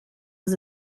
was